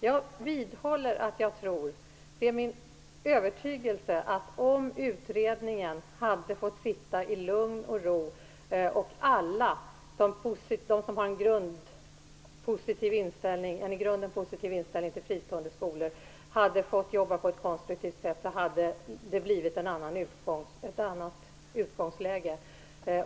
Jag vidhåller - det är min övertygelse - att om utredningen hade fått sitta i lugn och ro och alla de som har en i grunden positiv inställning till fristående skolor hade fått jobba på ett konstruktivt sätt, hade det blivit ett annat utgångsläge.